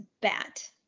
bat